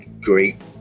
Great